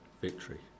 victory